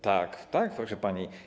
Tak, tak, proszę pani.